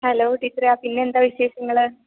hello ടീച്ചറെ ആഹ് പിന്നെന്താ വിശേഷങ്ങൾ